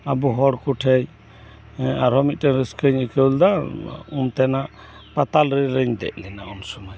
ᱟᱵᱩ ᱦᱚᱲᱠᱩᱴᱷᱮᱡ ᱟᱨᱦᱚᱸ ᱢᱤᱫᱴᱮᱡ ᱨᱟᱹᱥᱠᱟᱹᱧ ᱟᱹᱭᱠᱟᱹᱣ ᱞᱮᱫᱟ ᱚᱱᱛᱮᱱᱟᱜ ᱯᱟᱛᱟᱞ ᱨᱮᱞ ᱨᱮᱧ ᱫᱮᱡ ᱞᱮᱱᱟ ᱩᱱᱥᱩᱢᱟᱹᱭ